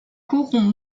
corrompt